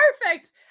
perfect